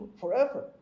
forever